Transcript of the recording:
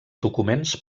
documents